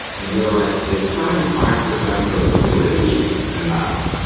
and we're like, is seventy five percent probability enough?